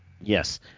Yes